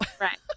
Right